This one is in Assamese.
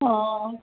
অঁ